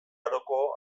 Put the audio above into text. aroko